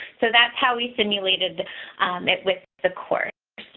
so that's how we simulated. it with the course,